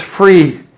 free